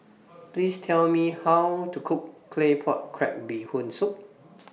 Please Tell Me How to Cook Claypot Crab Bee Hoon Soup